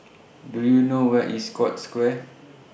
Do YOU know Where IS Scotts Square